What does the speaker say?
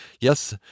Yes